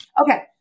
Okay